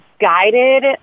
guided